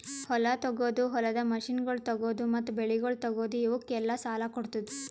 ಹೊಲ ತೊಗೋದು, ಹೊಲದ ಮಷೀನಗೊಳ್ ತೊಗೋದು, ಮತ್ತ ಬೆಳಿಗೊಳ್ ತೊಗೋದು, ಇವುಕ್ ಎಲ್ಲಾ ಸಾಲ ಕೊಡ್ತುದ್